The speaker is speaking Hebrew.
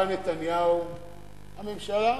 בא נתניהו לממשלה.